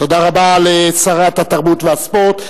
תודה רבה לשרת התרבות והספורט.